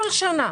כל שנה.